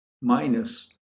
minus